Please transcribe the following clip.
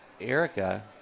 Erica